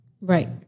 right